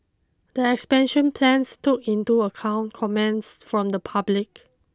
the expansion plans took into account comments from the public